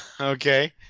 Okay